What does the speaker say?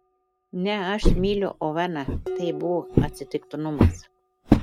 ne aš myliu oveną tai buvo atsitiktinumas